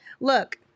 look